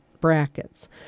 brackets